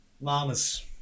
mamas